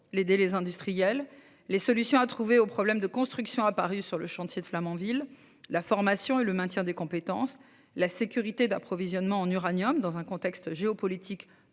: délais industriels ; solutions à trouver aux problèmes de construction apparus sur le chantier de Flamanville ; formation et maintien des compétences ; sécurité d'approvisionnement en uranium dans un contexte géopolitique